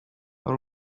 aho